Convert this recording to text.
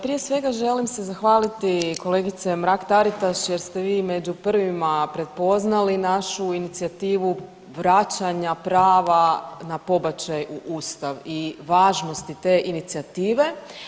Prije svega želim se zahvaliti kolegice Mrak Taritaš jer ste vi među prvima prepoznali našu inicijativu vraćanja prava na pobačaj u Ustav i važnosti te inicijative.